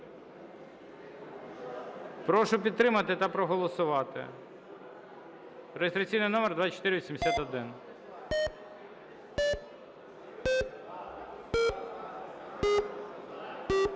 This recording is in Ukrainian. Прошу підтримати та проголосувати. Реєстраційний номер 2481.